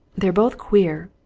they're both queer.